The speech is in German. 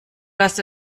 dass